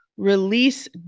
release